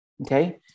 okay